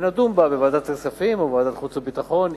ונדון בה בוועדת הכספים או בוועדת החוץ והביטחון.